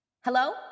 Hello